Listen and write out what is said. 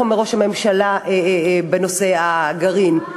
איך אומר ראש הממשלה בנושא הגרעין,